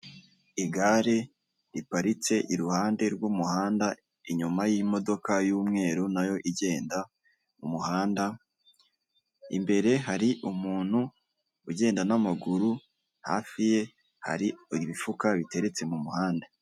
Igare riparitse iruhande rw'umuhanda inyuma y'imodoka y'umweru nayo igenda mu muhanda. Imbere hari umuntu ugenda n'amaguru, hafi ye hari imifuka biteretse mu muhanda.